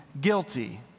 guilty